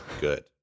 good